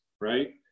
right